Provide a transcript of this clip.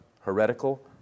heretical